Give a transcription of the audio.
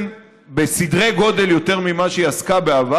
בסדרי גודל יותר ממה שהיא עסקה בעבר.